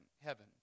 heaven